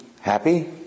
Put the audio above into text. happy